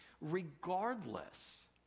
regardless